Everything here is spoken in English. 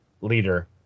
leader